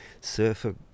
surfer